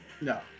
no